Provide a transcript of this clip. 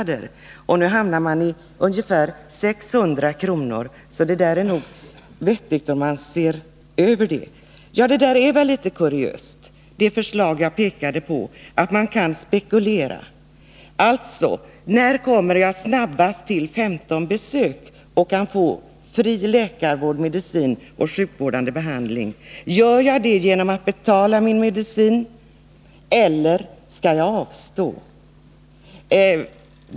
Det förslag jag pekade på är väl litet kuriöst, nämligen att man kan spekulera: När kommer jag snabbast till 15 besök och kan få fri läkarvård, medicin och sjukvårdande behandling? Gör jag det genom att betala min medicin eller skall jag avstå?